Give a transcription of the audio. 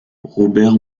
robert